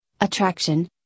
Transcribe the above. attraction